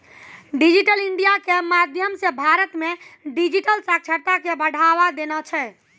digital India के माध्यम से भारत मे डिजिटल साक्षरता के बढ़ावा देना छै